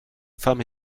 femme